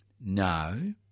No